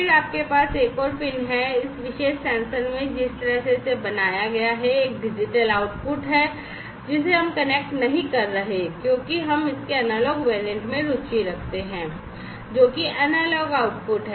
फिर आपके पास एक और पिन है इस विशेष सेंसर में जिस तरह से इसे बनाया गया है एक डिजिटल आउटपुट है जिसे हम कनेक्ट नहीं कर रहे हैं क्योंकि हम इसके एनालॉग वेरिएंट में रुचि रखते हैं जो कि एनालॉग आउटपुट है